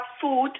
food